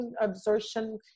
absorption